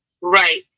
Right